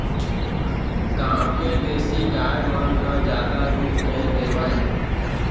गॉँव के देसी गाय मन ह जादा दूद नइ देवय